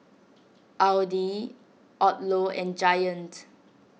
Audi Odlo and Giant